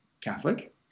Catholic